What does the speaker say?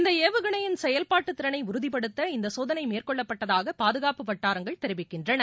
இந்த ஏவுகணையின் செயல்பாட்டு திறனை உறுதிபடுத்த இந்த சோதனை மேற்கொள்ளப்பட்டதாக பாதுகாப்பு வட்டாரங்கள் தெரிவிக்கின்றன